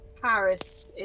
Paris